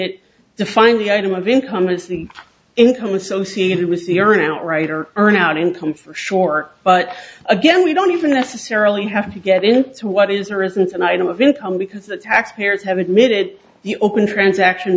defined the item of income as the income associated with the earn out right or earn out income for sure but again we don't even necessarily have to get into what is or isn't an item of income because the taxpayers have admitted the open transaction